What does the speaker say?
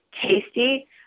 tasty